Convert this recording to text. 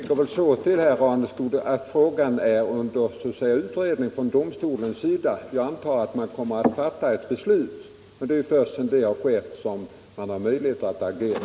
Herr talman! Det ligger väl så till. herr Raneskog, att frågan är under utredning från domstolens sida, och jag antar att ett beslut kommer att fattas. Det är ju först sedan det har skett som man har möjlighet att agera.